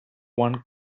one